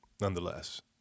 nonetheless